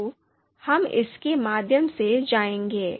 तो हम इसके माध्यम से जाएंगे